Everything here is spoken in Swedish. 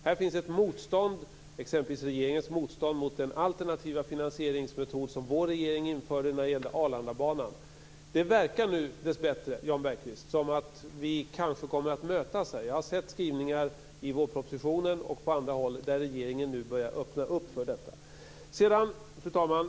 Här finns ett motstånd, exempelvis regeringens motstånd, mot den alternativa finansieringsmetod som vår regering införde när det gäller Arlandabanan. Det verkar nu dessbättre, Jan Bergqvist, som att vi kanske kommer att mötas. Jag har sett skrivningar i vårpropositionen och på andra håll där regeringen nu börjar öppna upp för detta. Fru talman!